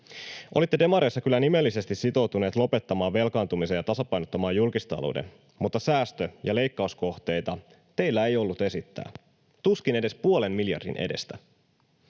Olitte demareissa kyllä nimellisesti sitoutuneet lopettamaan velkaantumisen ja tasapainottamaan julkistalouden, mutta säästö- ja leikkauskohteita teillä ei ollut esittää, tuskin edes puolen miljardin edestä.